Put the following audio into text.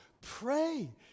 Pray